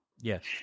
Yes